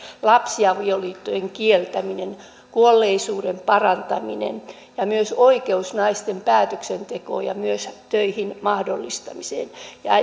lapsiavioliittojen kieltäminen kuolleisuuden parantaminen ja myös naisten oikeus päätöksentekoon ja myös töihin mahdollistamiseen